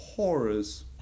Horrors